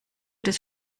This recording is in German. des